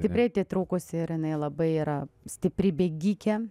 stipriai atitrūkusi ir jinai labai yra stipri bėgikė